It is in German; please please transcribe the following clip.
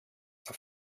auf